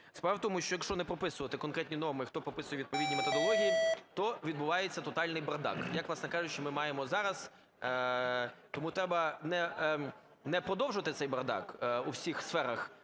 Справа в тому, що якщо не прописувати конкретні норми, хто прописує відповідні методології, то відбувається тотальний бардак, як, власне кажучи, ми маємо зараз. Тому треба не продовжувати цей бардак у всіх сферах